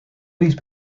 these